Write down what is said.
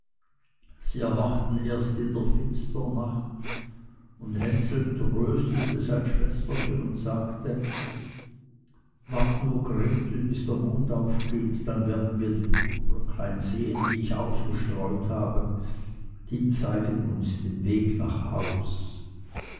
sie erwachten erst in der finsteren nacht und hänsel tröstete sein schwesterchen und sagte wart nur gretel bis der mond aufgeht dann werden wir die brotbröcklein sehen die ich ausgestreut habe die zeigen uns den weg nach haus